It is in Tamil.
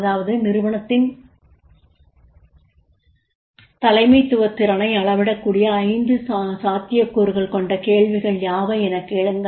அதாவது நிறுவனத்தின் தலைமைத்துவ திறனை அளவிடக்கூடிய 5 சாத்தியக்கூறுகள் கொண்ட கேள்விகள் யாவை எனக் கேளுங்கள்